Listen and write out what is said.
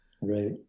right